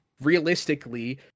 realistically